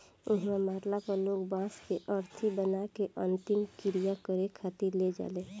इहवा मरला पर लोग बांस के अरथी बना के अंतिम क्रिया करें खातिर ले जाले